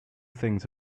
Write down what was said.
things